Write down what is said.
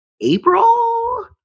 April